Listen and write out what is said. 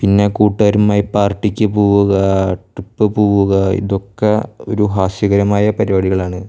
പിന്നെ കൂട്ടുകാരുമായി പാർട്ടിക്ക് പോവുക ട്രിപ്പ് പോവുക ഇതൊക്കെ ഒരു ഹാസ്യകരമായ പരിപാടികളാണ്